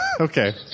Okay